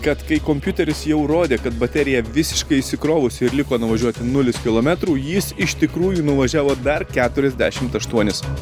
kad kai kompiuteris jau rodė kad baterija visiškai išsikrovusi ir liko nuvažiuot nulis kilometrų jis iš tikrųjų nuvažiavo dar keturiasdešimt aštuonis